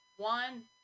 One